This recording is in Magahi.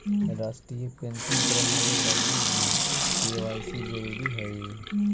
राष्ट्रीय पेंशन प्रणाली लगी भी के.वाए.सी जरूरी हई